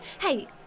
Hey